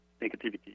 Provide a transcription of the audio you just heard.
negativity